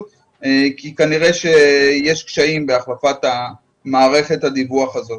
על כך כי כנראה שיש קשיים בהחלפת מערכת הדיווח הזו.